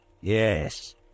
Yes